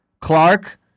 Clark